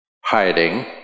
hiding